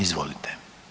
Izvolite.